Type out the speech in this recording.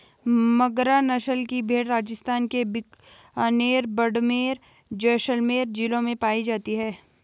मगरा नस्ल की भेंड़ राजस्थान के बीकानेर, बाड़मेर, जैसलमेर जिलों में पाई जाती हैं